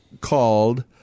called